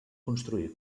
construir